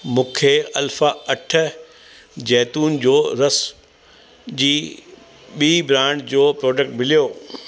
मूंखे अल्फा अठ ज़ैतून जो रस जी ॿी ब्रांड जो प्रोडक्ट मिलियो